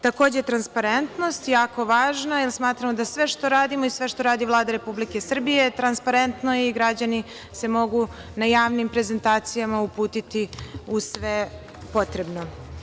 Takođe, transparentnost je jako važna, jer smatramo da je sve što radimo i sve što radi Vlada Republike Srbije transparentno i građani se mogu na javnim prezentacijama uputiti u sve potrebno.